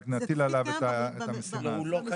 אבל נטיל עליו את המשימה הזו.